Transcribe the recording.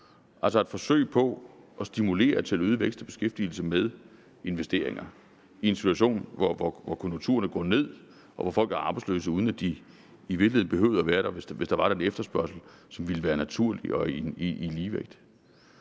altså et forsøg på at stimulere til øget vækst og beskæftigelse med investeringer i en situation, hvor konjunkturerne går ned, og hvor folk er arbejdsløse, uden at de i virkeligheden behøvede være det, hvis der var den efterspørgsel, som ville være naturlig og i ligevægt.